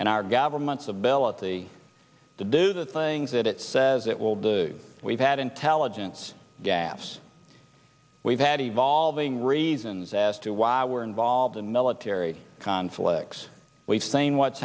in our governments of bell at the to do the things that it says it will do we've had intelligence gaps we've had evolving reasons as to why we're involved in military conflicts we've seen what's